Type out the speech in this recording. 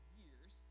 years